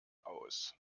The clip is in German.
aus